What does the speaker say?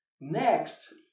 Next